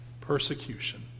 persecution